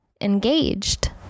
engaged